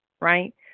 right